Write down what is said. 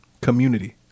community